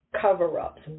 cover-ups